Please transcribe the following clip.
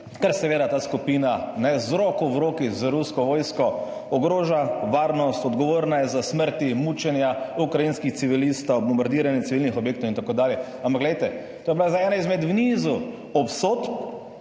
Ker seveda ta skupina, ne, z roko v roki z rusko vojsko ogroža varnost, odgovorna je za smrti, mučenja ukrajinskih civilistov, bombardiranje civilnih objektov in tako dalje. Ampak glejte, to je bila zdaj ena izmed nizov obsodb